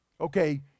okay